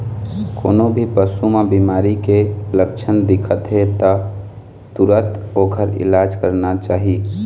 कोनो भी पशु म बिमारी के लक्छन दिखत हे त तुरत ओखर इलाज करना चाही